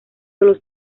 los